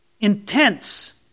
intense